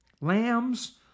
Lambs